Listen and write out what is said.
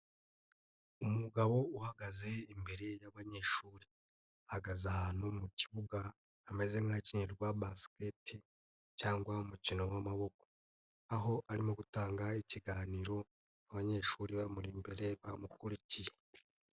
Umugabo uhagaze imbere y'abanyeshuri, ahagaze ahantu mu kibuga hameze nk'ahakinirwa basiketi cyangwa umukino w'amaboko. Aho arimo gutanga ikiganiro, abanyeshuri bamuri imbere bamukurikiye.